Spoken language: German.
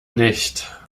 nicht